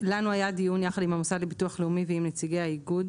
לנו היה דיון יחד עם המוסד לביטוח לאומי ועם נציגי האיגוד.